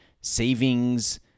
savings